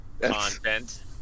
content